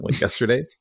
yesterday